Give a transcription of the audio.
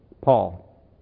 Paul